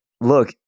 look